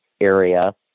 area